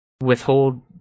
withhold